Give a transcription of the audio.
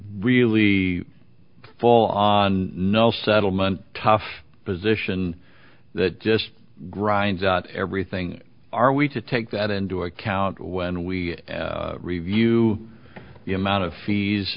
really full on no settlement tough position that just grinds out everything are we to take that into account when we review the amount of fees